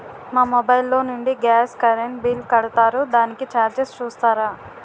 మా మొబైల్ లో నుండి గాస్, కరెన్ బిల్ కడతారు దానికి చార్జెస్ చూస్తారా?